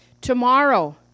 Tomorrow